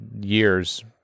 years